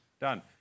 done